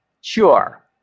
Sure